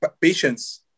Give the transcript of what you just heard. patience